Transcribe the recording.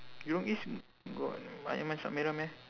jurong east got ayam masak merah meh